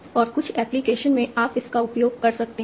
और कुछ एप्लीकेशन में आप इसका उपयोग कर सकते हैं